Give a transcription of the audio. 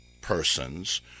persons